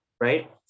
right